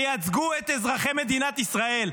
תייצגו את אזרחי מדינת ישראל.